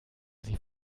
sie